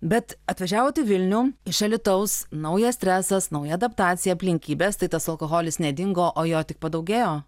bet atvažiavot į vilnių iš alytaus naujas stresas nauja adaptacija aplinkybės tai tas alkoholis nedingo o jo tik padaugėjo